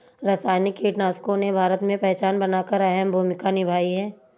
रासायनिक कीटनाशकों ने भारत में पहचान बनाकर अहम भूमिका निभाई है